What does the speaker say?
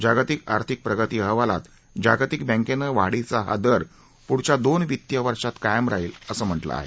जागतिक आर्थिक प्रगती अहवालात जागतिक बँकेनं वाढीचा हा दर पुढच्या दोन वित्तीय वर्षात कायम राहील असं म्हटलं आहे